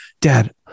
dad